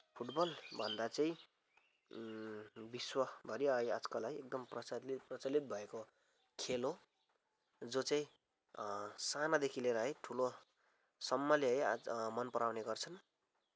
football भन्दा चाहिँ विश्वभरि आजकल है एकदम प्रचलित प्रचलित भएको खेल हो जो चाहिँ सानादेखि लिएर है ठुलोसम्मले है मनपराउने गर्छन्